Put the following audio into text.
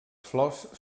flors